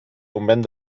convent